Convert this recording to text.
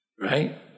right